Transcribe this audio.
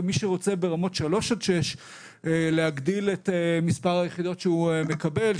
ומי שרוצה ברמות 3 עד 6 להגדיל את מספר היחידות שהוא מקבל,